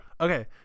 okay